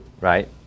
right